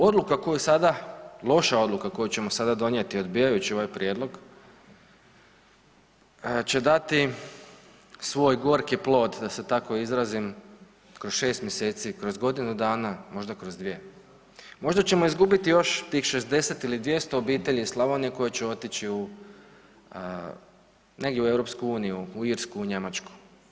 Odluka koju sada, loša odluka koju ćemo sada donijeti odbijajući ovaj prijedlog će dati svoj gorki plod da se tako izrazim kroz 6 mjeseci, kroz godinu dana, možda kroz 2. Možda ćemo izgubiti još tih 60 ili 200 obitelji iz Slavonije koje će otići u, negdje u EU u Irsku, u Njemačku.